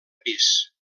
pis